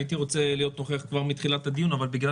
הייתי רוצה להיות נוכח כבר בתחילת הדיון אבל בגלל